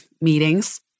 meetings